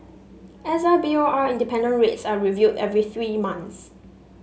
S I B O R independent rates are reviewed every three months